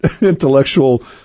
intellectual